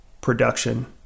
production